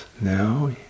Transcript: now